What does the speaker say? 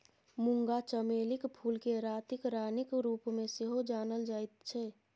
मूंगा चमेलीक फूलकेँ रातिक रानीक रूपमे सेहो जानल जाइत छै